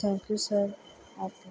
thank you sir okay